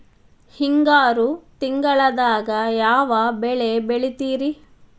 ಹಿಂಗಾರು ತಿಂಗಳದಾಗ ಯಾವ ಬೆಳೆ ಬೆಳಿತಿರಿ?